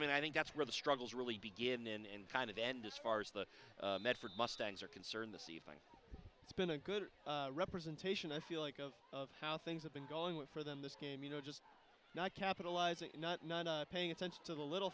mean i think that's where the struggles really begin in kind of end as far as the medford mustangs are concerned this evening it's been a good representation a feeling of of how things have been going with for them this game you know just not capitalizing not nunna paying attention to the little